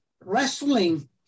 wrestling